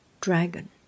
dragon